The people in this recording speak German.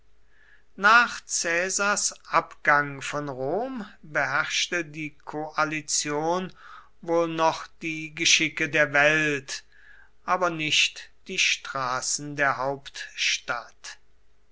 nach caesars abgang von rom beherrschte die koalition wohl noch die geschicke der welt aber nicht die straßen der hauptstadt